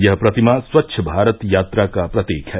यह प्रतिमा स्वच्छ भारत यात्रा का प्रतीक है